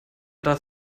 darf